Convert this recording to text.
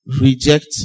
Reject